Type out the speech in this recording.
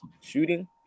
shooting